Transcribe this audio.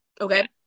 Okay